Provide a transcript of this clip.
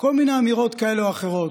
כל מיני אמירות כאלה או אחרות,